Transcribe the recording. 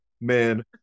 Man